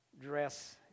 dress